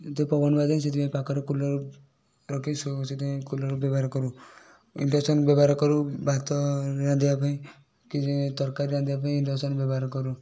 ଏତେ ପବନ ବାଜେନି ସେଥିପାଇଁ ପାଖରେ କୁଲର୍ ରଖିକି ଶୋଉ ସେଥିପାଇଁ କୁଲର୍ ବ୍ୟବହାର କରୁ ଇଣ୍ଡକ୍ସନ୍ ବ୍ୟବହାର କରୁ ଭାତ ରାନ୍ଧିବା ପାଇଁ କି ତରକାରୀ ରାନ୍ଧିବା ପାଇଁ ଇଣ୍ଡକ୍ସନ୍ ବ୍ୟବହାର କରୁ